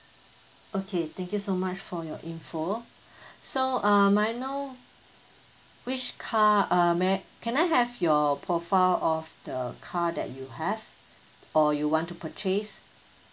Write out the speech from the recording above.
okay thank you so much for your info so uh may I know which car uh may I can I have your profile of the car that you have or you want to purchase